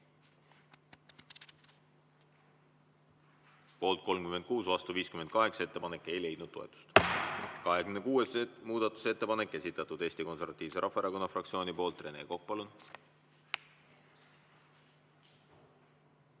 Poolt 36, vastu 58. Ettepanek ei leidnud toetust. 26. muudatusettepanek, esitatud Eesti Konservatiivse Rahvaerakonna fraktsiooni poolt. Rene Kokk, palun! Jah,